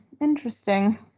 Interesting